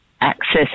access